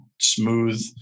smooth